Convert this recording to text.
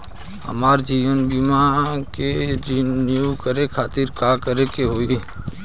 हमार जीवन बीमा के रिन्यू करे खातिर का करे के होई?